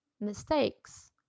mistakes